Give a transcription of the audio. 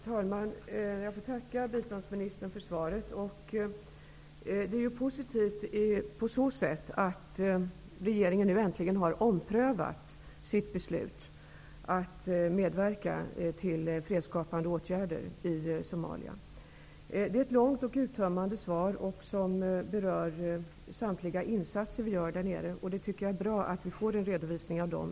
Herr talman! Jag får tacka biståndsministern för svaret. Det är positivt på så sätt att regeringen nu äntligen har omprövat sitt beslut att medverka till fredsskapande åtgärder i Somalia. Svaret är långt och uttömmande. Det berör samtliga våra insatser där nere. Det är bra att få en redovisning av dem.